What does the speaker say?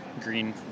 green